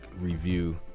review